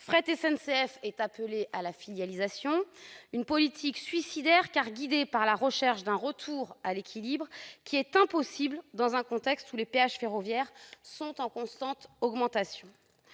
Fret SNCF est appelé à la filialisation. Il s'agit d'une politique suicidaire, car guidée par la recherche d'un retour à l'équilibre qui est impossible dans un contexte où les péages ferroviaires sont en constante augmentation.